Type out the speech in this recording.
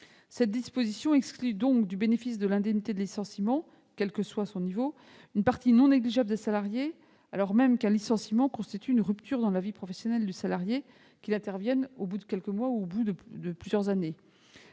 Cette disposition exclut donc du bénéfice de l'indemnité de licenciement, quel que soit le niveau de celle-ci, une partie non négligeable des salariés, alors même qu'un licenciement marque toujours une rupture dans la vie professionnelle du salarié, qu'il intervienne au bout de quelques mois ou de plusieurs années.